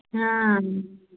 हाँ